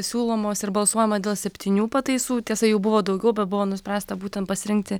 siūlomos ir balsuojama dėl septynių pataisų tiesa jų buvo daugiau bet buvo nuspręsta būtent pasirinkti